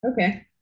Okay